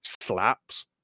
slaps